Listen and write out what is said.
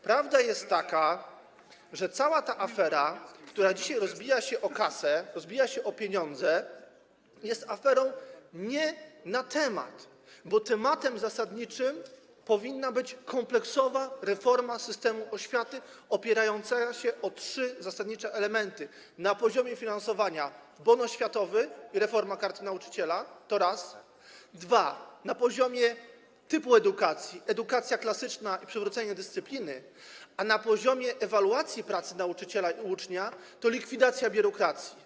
Prawda jest taka, że cała ta afera, która dzisiaj rozbija się o kasę, rozbija się o pieniądze, jest aferą nie na temat, bo tematem zasadniczym powinna być kompleksowa reforma systemu oświaty opierająca się o trzy zasadnicze elementy: na poziomie finansowania bon oświatowy i reforma Karty Nauczyciela, to raz, dwa - na poziomie typu edukacji edukacja klasyczna i przywrócenie dyscypliny, a na poziomie ewaluacji pracy nauczyciela i ucznia likwidacja biurokracji.